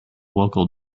local